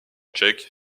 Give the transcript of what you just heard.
tchèque